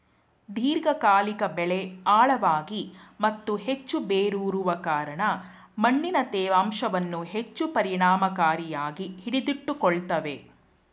ದೀರ್ಘಕಾಲಿಕ ಬೆಳೆ ಆಳವಾಗಿ ಮತ್ತು ಹೆಚ್ಚು ಬೇರೂರುವ ಕಾರಣ ಮಣ್ಣಿನ ತೇವಾಂಶವನ್ನು ಹೆಚ್ಚು ಪರಿಣಾಮಕಾರಿಯಾಗಿ ಹಿಡಿದಿಟ್ಟುಕೊಳ್ತವೆ